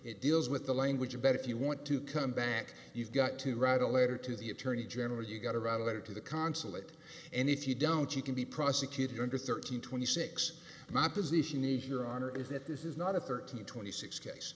it deals with the language of bet if you want to come back you've got to write a letter to the attorney general you got to write a letter to the consulate and if you don't you can be prosecuted under thirteen twenty six my position is your honor is that this is not a thirteen twenty six case